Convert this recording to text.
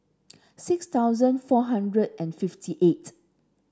six thousand four hundred and fifty eighth